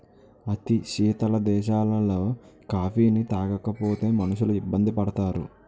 అతి శీతల దేశాలలో కాఫీని తాగకపోతే మనుషులు ఇబ్బంది పడతారు